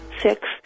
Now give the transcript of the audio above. six